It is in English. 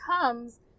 comes